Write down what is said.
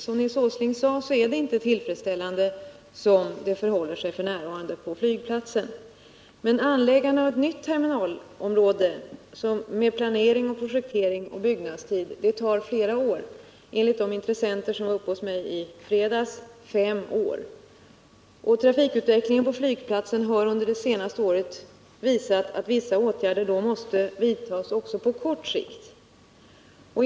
Som Nils Åsling sade är det inte tillfredsställande förhållanden på flygplatsen f. n. Men anläggandet av ett nytt terminalområde tar, med planering, projektering och byggnadstid, flera år — enligt de intressenter som var uppe hos mig i fredags tar det fem år. Trafikutvecklingen på flygplatsen har under det senaste året visat att vissa åtgärder måste vidtas också på kort sikt.